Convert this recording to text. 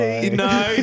no